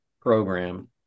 program